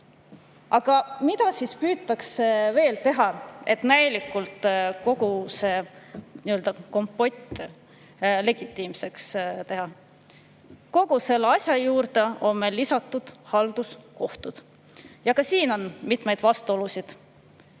Aga mida püütakse veel teha, et näilikult kogu see kompott legitiimseks teha? Kogu selle asja juurde on veel lisatud halduskohtud. Ka siin on mitmeid vastuolusid.